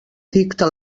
dicta